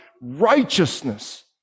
righteousness